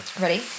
Ready